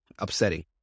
Upsetting